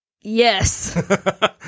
Yes